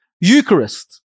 Eucharist